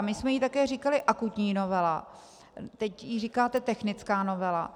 My jsme jí také říkali akutní novela, teď jí říkáte technická novela.